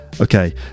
Okay